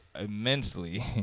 immensely